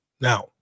now